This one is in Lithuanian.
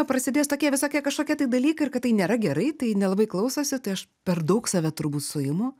prasidės tokie visokie kažkokie tai dalykai ir kad tai nėra gerai tai nelabai klausosi tai aš per daug save turbūt suimu